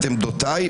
את עמדותיי,